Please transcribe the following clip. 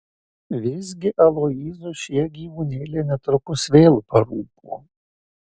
visgi aloyzui šie gyvūnėliai netrukus vėl parūpo